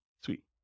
Sweet